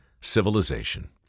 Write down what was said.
civilization